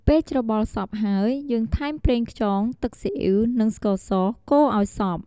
ពេលច្របល់សព្វហើយយើងថែមប្រេងខ្យង ទឹកស៊ីអ៊ីវ និងស្ករស កូរឱ្យសព្វ។